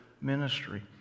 ministry